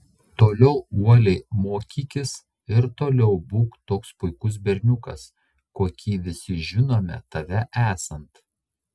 toliau uoliai mokykis ir toliau būk toks puikus berniukas kokį visi žinome tave esant